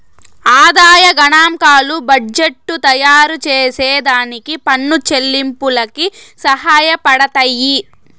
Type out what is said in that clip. ఆదాయ గనాంకాలు బడ్జెట్టు తయారుచేసే దానికి పన్ను చెల్లింపులకి సహాయపడతయ్యి